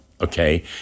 okay